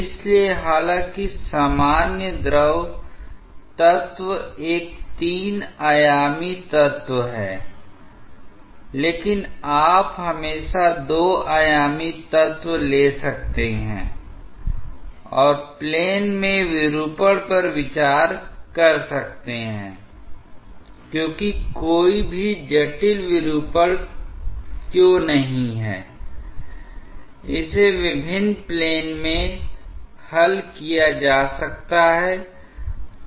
इसलिए हालांकि सामान्य द्रव तत्व एक 3 आयामी तत्व है लेकिन आप हमेशा 2 आयामी तत्व ले सकते हैं और प्लेन में विरूपण पर विचार कर सकते हैं क्योंकि कोई भी जटिल विरूपण क्यों नहीं है इसे विभिन्न प्लेन में हल किया जा सकता है